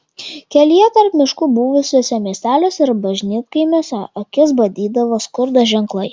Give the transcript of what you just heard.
kelyje tarp miškų buvusiuose miesteliuose ir bažnytkaimiuose akis badydavo skurdo ženklai